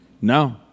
No